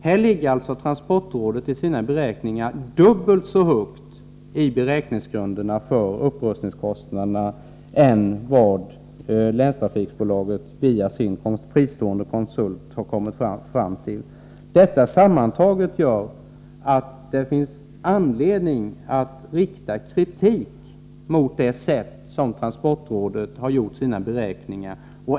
Här ligger alltså transportrådet i sina beräkningar dubbelt så högt när det gäller upprustningskostnaderna än vad länstrafikbolaget via sin fristående konsult har kommit fram till. Detta sammantaget gör att det finns anledning att rikta kritik mot det sätt varpå transportrådet har gjort sina beräkningar.